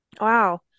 Wow